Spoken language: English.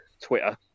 Twitter